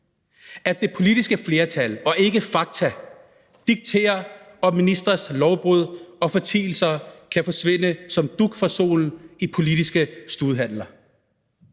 at det politiske flertal og ikke fakta dikterer, om ministres lovbrud og fortielser kan forsvinde som dug for solen i politiske studehandler.